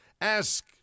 Ask